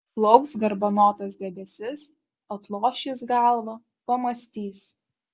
plauks garbanotas debesis atloš jis galvą pamąstys